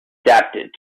adapted